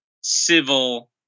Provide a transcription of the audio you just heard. civil